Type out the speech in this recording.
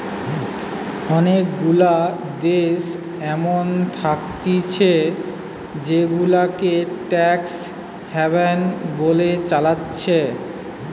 অনেগুলা দেশ এমন থাকতিছে জেগুলাকে ট্যাক্স হ্যাভেন বলে চালাচ্ছে